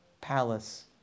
Palace